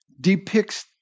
depicts